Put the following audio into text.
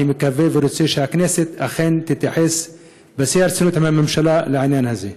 אני מקווה ורוצה שהכנסת אכן תתייחס בשיא הרצינות לעניין הזה,